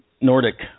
Nordic